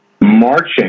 marching